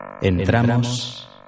Entramos